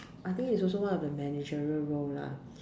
I think it's also one of the managerial role lah